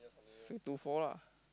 say two four lah